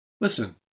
Listen